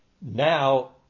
now